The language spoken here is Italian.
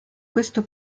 questo